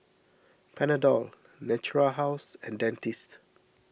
Panadol Natura House and Dentiste